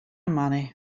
money